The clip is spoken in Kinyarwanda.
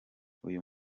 uyu